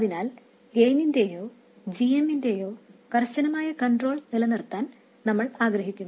അതിനാൽ ഗെയിനിന്റെയോ gm ന്റെയോ കർശനമായ കൺട്രോൾ നിലനിർത്താൻ നമ്മൾ ആഗ്രഹിക്കുന്നു